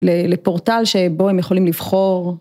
לפורטל שבו הם יכולים לבחור.